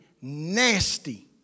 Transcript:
nasty